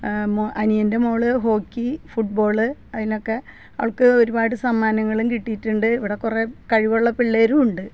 മൊ അനിയന്റെ മോൾ ഹോക്കി ഫുട്ബോള് അതിനൊക്കെ അവള്ക്ക് ഒരുപാട് സമ്മാനങ്ങളും കിട്ടിയിട്ടുണ്ട് ഇവിടെ കുറെ കഴിവുള്ള പിള്ളേരുവുണ്ട്